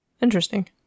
interesting